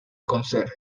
conserje